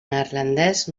neerlandès